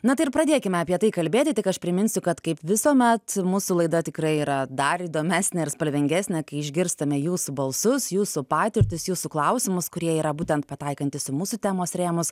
na tai ir pradėkime apie tai kalbėti tik aš priminsiu kad kaip visuomet mūsų laida tikrai yra dar įdomesnė ir spalvingesnė kai išgirstame jūsų balsus jūsų patirtis jūsų klausimus kurie yra būtent pataikantys į mūsų temos rėmus